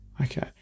Okay